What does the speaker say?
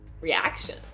reaction